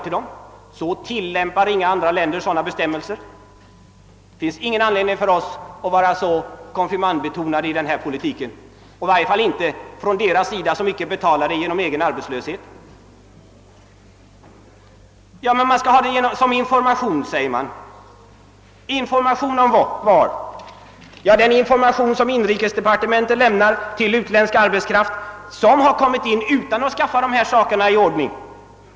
Sådana bestämmelser tillämpar inga andra länder och det finns ingen anledning för oss att vara så konfirmandbetonade i vår politik på detta område, i varje fall inte för dem som icke betalar det hela med egen arbetslöshet. Man framhåller att dessa kontor skall finnas för att sprida information. Information. om vad? Vilka uppgifter ger inrikesdepartementet till den utländska arbetskraft som kommit in i landet utan att ha sina förhållanden ordnade?